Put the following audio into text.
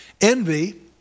Envy